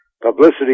publicity